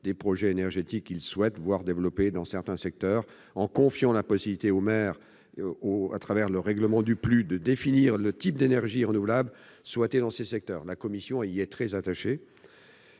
des projets énergétiques qu'ils souhaitent voir développés dans certains secteurs en confiant la possibilité au règlement du PLU de définir le type d'énergie renouvelable souhaité dans ces secteurs. La commission y est très attachée.